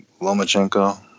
Lomachenko